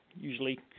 usually